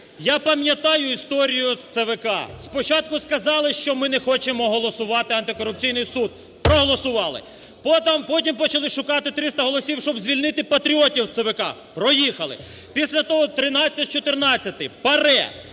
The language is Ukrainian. Я пам'ятаю історію з ЦВК. Спочатку сказали, що ми не хочемо голосувати антикорупційний суд. Проголосували. Потім почали шукати 300 голосів, щоб звільнити патріотів з ЦВК. Проїхали. Після того 13 з 14 – ПАРЄ.